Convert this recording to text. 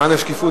למען השקיפות,